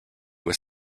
was